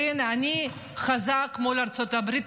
הינה, אני חזק מול ארצות הברית.